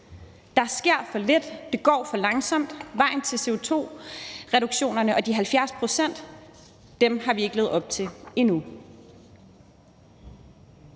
der sker for lidt, det går for langsomt: Vejen til CO2-reduktionerne og de 70 pct. har vi ikke levet op til endnu.